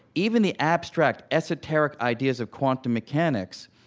even the abstract esoteric ideas of quantum mechanics,